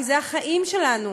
כי זה החיים שלנו.